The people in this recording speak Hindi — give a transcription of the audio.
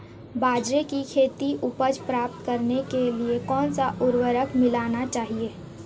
बाजरे की अधिक उपज प्राप्त करने के लिए कौनसा उर्वरक मिलाना चाहिए?